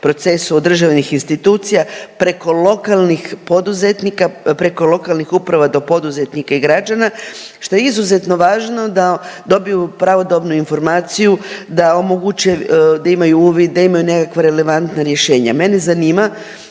preko lokalnih poduzetnika, preko lokalnih uprava do poduzetnika i građana, što je izuzetno važno da dobiju pravodobnu informaciju, da omoguće da imaju uvid, da imaju nekakva relevantna rješenja. Mene zanima,